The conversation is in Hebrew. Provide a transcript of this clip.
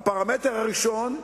הפרמטר הראשון,